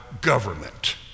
government